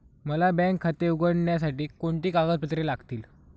मला बँक खाते उघडण्यासाठी कोणती कागदपत्रे लागतील?